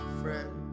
friend